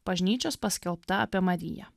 bažnyčios paskelbta apie mariją